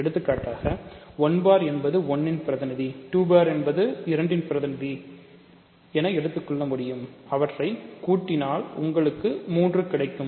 எடுத்துக்காட்டாக 1 பார் என்பது 1 ன் பிரதிநிதி 2 பார் என்பது இரண்டின் பிரதிநிதியாக எடுத்துக்கொள்ள முடியும் அவற்றைச் கூட்டினால் உங்களுக்கு 3 கிடைக்கும்